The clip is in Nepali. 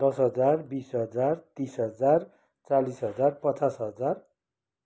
दस हजार बिस हजार तिस हजार चालिस हजार पचास हजार